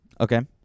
Okay